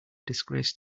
disgrace